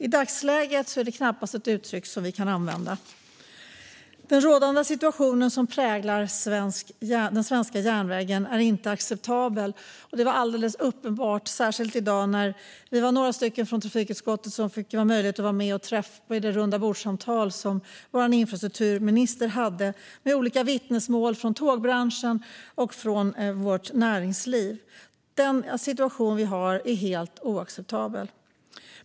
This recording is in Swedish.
I dagsläget är det knappast ett uttryck som vi kan använda. Den rådande situationen som präglar den svenska järnvägen är inte acceptabel. Det blev alldeles uppenbart särskilt i dag när vi var några från trafikutskottet som hade möjlighet att vara med vid det rundabordssamtal som infrastrukturministern hade. Vi fick höra olika vittnesmål från tågbranschen och näringslivet. Situationen är helt oacceptabel.